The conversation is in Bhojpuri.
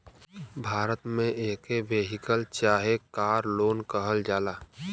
भारत मे एके वेहिकल चाहे कार लोन कहल जाला